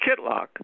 Kitlock